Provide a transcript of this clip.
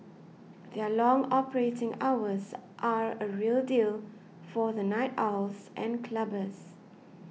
their long operating hours are a real deal for the night owls and clubbers